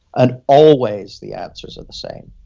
and always, the answers are the same.